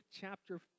chapter